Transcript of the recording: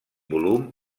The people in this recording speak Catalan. volum